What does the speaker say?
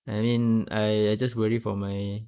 I mean I I just worry for my